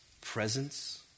presence